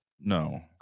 No